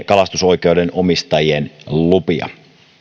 kalastusoikeuden omistajien lupia